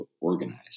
organized